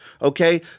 Okay